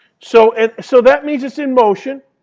so and so that means it's in motion.